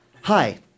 Hi